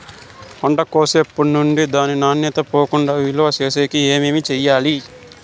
పంట కోసేటప్పటినుండి దాని నాణ్యత పోకుండా నిలువ సేసేకి ఏమేమి చేయాలి?